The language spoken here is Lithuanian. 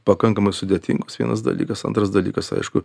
pakankamai sudėtingos vienas dalykas antras dalykas aišku